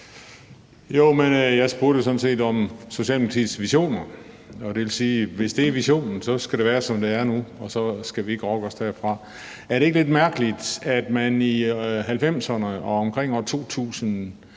set om Socialdemokratiets visioner. Det vil sige, at hvis dét er visionen, så skal det være, som det er nu, og så skal vi ikke rokke os derfra. Er det ikke lidt mærkeligt, at man i 1990'erne og omkring år 2000